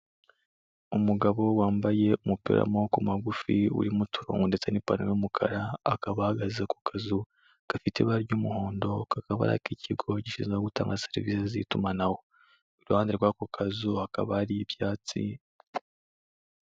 Umugabo wambaye umupira w'amaboko magufi urimo uturongo ndetse n'ipantaro y'umukara, akaba ahagaze ku kazu gafite ibara ry'umuhondo kakaba ari ak'ikigo gishinzwe gutanga serivise z'itumanaho, iruhande rw'ako kazu hakaba hari ibyatsi.